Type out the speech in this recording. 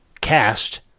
cast